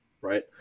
right